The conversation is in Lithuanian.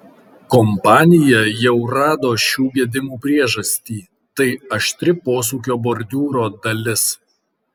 kompanija jau rado šių gedimų priežastį tai aštri posūkio bordiūro dalis